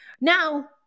Now